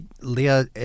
Leah